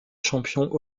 champion